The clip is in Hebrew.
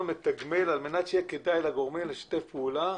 מתגמל על מנת שיהיה כדאי לגורמים לשתף פעולה.